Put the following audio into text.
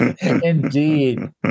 indeed